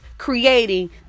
creating